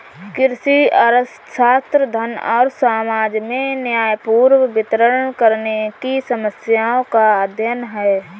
कृषि अर्थशास्त्र, धन को समाज में न्यायपूर्ण वितरण करने की समस्याओं का अध्ययन है